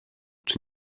czy